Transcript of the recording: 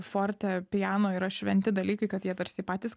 forte piano yra šventi dalykai kad jie tarsi patys